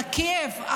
הכאב,